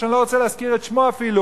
שאני לא רוצה להזכיר את שמו אפילו,